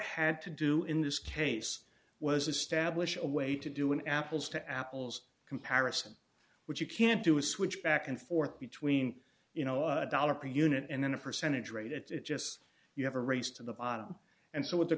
had to do in this case was establish a way to do an apples to apples comparison which you can't do is switch back and forth between you know a dollar per unit and then a percentage rate it's just you have a race to the bottom and so what the